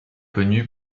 connu